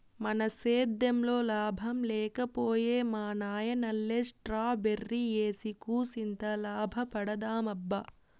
మన సేద్దెంలో లాభం లేక పోయే మా నాయనల్లె స్ట్రాబెర్రీ ఏసి కూసింత లాభపడదామబ్బా